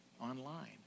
online